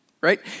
right